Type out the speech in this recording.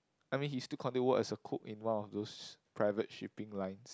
I mean he still continued to work as a cook in one of those private shipping line